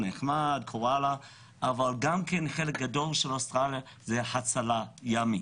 הקואלה באוסטרליה אבל גם חלק גדול של אוסטרליה זה הצלה ימית.